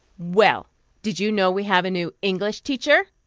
well did you know we have a new english teacher?